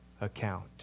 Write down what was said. account